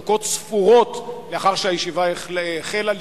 דקות ספורות אחרי שהישיבה החלה,